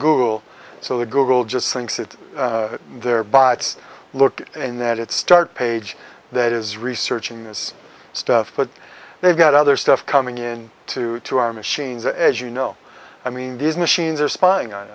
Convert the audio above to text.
google so that google just thinks that their bots look in that it's start page that is researching this stuff but they've got other stuff coming in to to our machines as you know i mean these machines are spying on